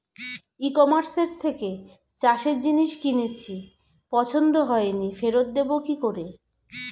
ই কমার্সের থেকে চাষের জিনিস কিনেছি পছন্দ হয়নি ফেরত দেব কী করে?